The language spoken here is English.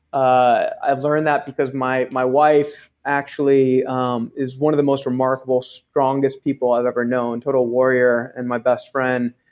ah i've learned that because my my wife actually um is one of the most remarkable strongest people i've ever known, total warrior, and my best friend.